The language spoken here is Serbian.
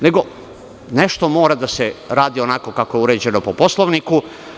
Nešto mora da se radi onako kako je uređeno po Poslovniku.